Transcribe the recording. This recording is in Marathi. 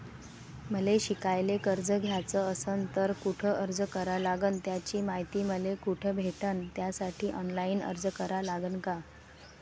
मले शिकायले कर्ज घ्याच असन तर कुठ अर्ज करा लागन त्याची मायती मले कुठी भेटन त्यासाठी ऑनलाईन अर्ज करा लागन का?